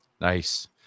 Nice